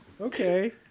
Okay